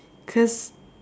cause